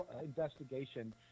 investigation